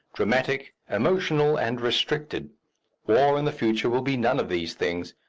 dramatic, emotional, and restricted war in the future will be none of these things.